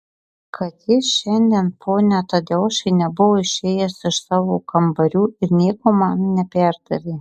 kad jis šiandien pone tadeušai nebuvo išėjęs iš savo kambarių ir nieko man neperdavė